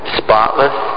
spotless